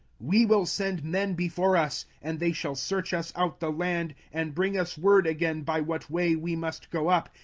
we will send men before us, and they shall search us out the land, and bring us word again by what way we must go up,